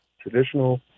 Traditional